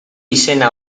izena